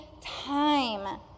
time